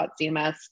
CMS